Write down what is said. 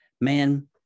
man